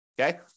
Okay